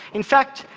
in fact,